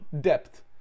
depth